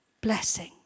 Blessing